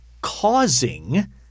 causing